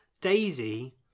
Daisy